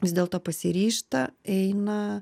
vis dėlto pasiryžta eina